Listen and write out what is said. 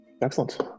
Excellent